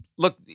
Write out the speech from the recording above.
Look